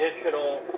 additional